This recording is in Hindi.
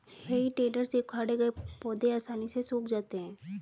हेइ टेडर से उखाड़े गए पौधे आसानी से सूख जाते हैं